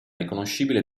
riconoscibile